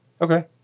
Okay